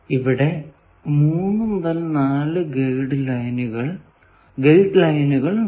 ഇവിടെ 3 4 ഗൈഡ് ലൈനുകൾ ഉണ്ട്